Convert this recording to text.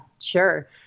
sure